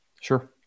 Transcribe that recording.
Sure